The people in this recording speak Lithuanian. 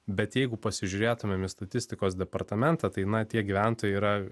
bet jeigu pasižiūrėtumėm į statistikos departamentą tai na tie gyventojai yra